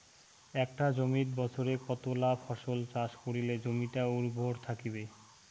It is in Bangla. একটা জমিত বছরে কতলা ফসল চাষ করিলে জমিটা উর্বর থাকিবে?